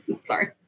Sorry